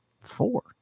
Four